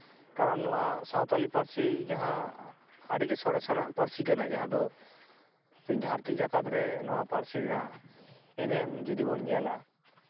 ᱠᱟᱨᱚᱱ ᱱᱚᱣᱟ ᱥᱟᱱᱛᱟᱞᱤ ᱯᱟᱹᱨᱥᱤ ᱡᱟᱦᱟᱸ ᱟᱹᱰᱤᱜᱮ ᱥᱚᱨᱮᱥ ᱟᱱᱟᱜ ᱯᱟᱹᱨᱥᱤ ᱠᱟᱱᱟ ᱡᱟᱦᱟᱸ ᱫᱚ ᱫᱷᱟᱹᱨᱛᱤ ᱡᱟᱠᱟᱛ ᱨᱮ ᱯᱟᱹᱨᱥᱤ ᱨᱮᱱᱟᱜ ᱮᱱᱮᱢ ᱡᱩᱫᱤ ᱵᱚᱱ ᱧᱮᱞᱟ